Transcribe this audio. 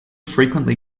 frequently